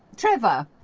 trevor,